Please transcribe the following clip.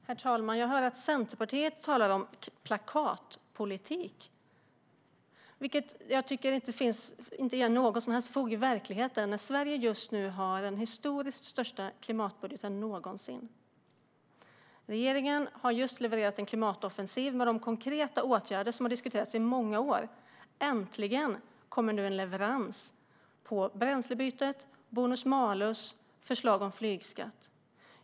Herr ålderspresident! Centerpartiet talar om plakatpolitik, vilket jag inte tycker att det finns något som helst fog för i verkligheten. Sverige har nu den största klimatbudgeten någonsin. Regeringen har just levererat en klimatoffensiv med de konkreta åtgärder som har diskuterats i många år. Äntligen kommer nu en leverans vad gäller bränslebyte, bonus-malus och förslag om flygskatt.